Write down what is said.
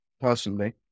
personally